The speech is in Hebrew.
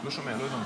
לא שומע, לא הבנתי.